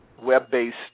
web-based